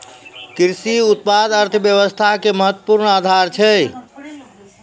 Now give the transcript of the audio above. कृषि उत्पाद अर्थव्यवस्था के महत्वपूर्ण आधार छै